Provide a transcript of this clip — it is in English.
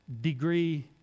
degree